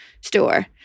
store